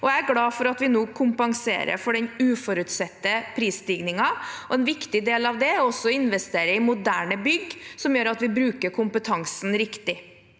jeg er glad for at vi nå kompenserer for den uforutsette prisstigningen. En viktig del av det er også å investere i moderne bygg som gjør at vi bruker kompetansen riktig.